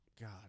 God